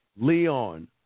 Leon